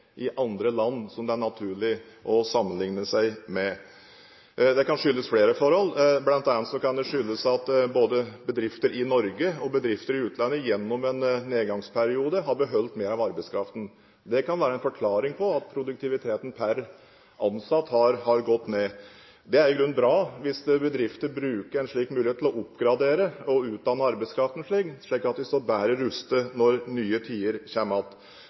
i andre land som det er naturlig å sammenlikne seg med. Det kan skyldes flere forhold. Blant annet kan det skyldes at både bedrifter i Norge og bedrifter i utlandet gjennom en nedgangsperiode har beholdt mer av arbeidskraften. Det kan være en forklaring på at produktiviteten per ansatt har gått ned. Det er i grunnen bra hvis bedrifter bruker en slik mulighet til å oppgradere og utdanne arbeidskraften sin, slik at vi står bedre rustet når nye tider kommer igjen. Så er det faktisk også slik at